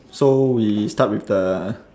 so we start with the